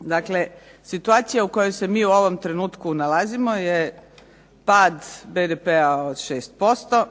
Dakle, situacija u kojoj se mi u ovom trenutku nalazimo je pad BDP-a od 6%.